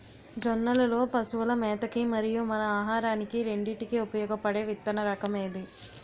జొన్నలు లో పశువుల మేత కి మరియు మన ఆహారానికి రెండింటికి ఉపయోగపడే విత్తన రకం ఏది?